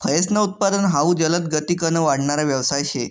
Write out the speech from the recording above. फयेसनं उत्पादन हाउ जलदगतीकन वाढणारा यवसाय शे